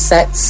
Sex